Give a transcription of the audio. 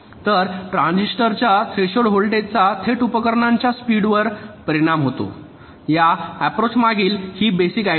तर ट्रांजिस्टरच्या थ्रेशोल्ड व्होल्टेजचा थेट उपकरणांच्या स्पीड वर थेट परिणाम होतो या अप्रोच मागील ही बेसिक आयडिया आहे